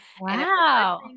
Wow